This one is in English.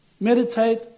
Meditate